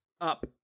up